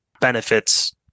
benefits